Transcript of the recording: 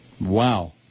Wow